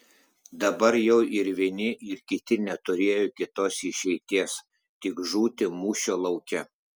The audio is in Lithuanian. dabar jau ir vieni ir kiti neturėjo kitos išeities tik žūti mūšio lauke